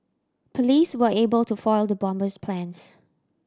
police were able to foil the bomber's plans